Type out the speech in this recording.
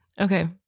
Okay